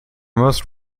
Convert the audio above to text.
most